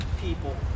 people